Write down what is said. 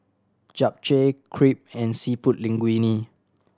Japchae Crepe and Seafood Linguine